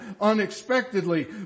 unexpectedly